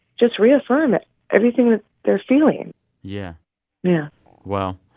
just reaffirm everything that they're feeling yeah yeah well,